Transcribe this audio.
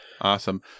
awesome